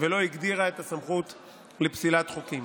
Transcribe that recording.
ולא הגדירה את הסמכות לפסילת חוקים.